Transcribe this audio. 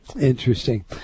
Interesting